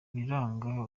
biranga